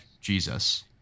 Jesus